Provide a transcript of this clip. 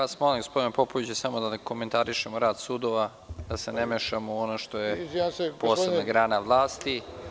vas, gospodine Popoviću, da ne komentarišemo rad sudova, da se ne mešamo u ono što je posebna grana vlasti.